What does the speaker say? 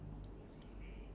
okay next card